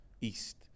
East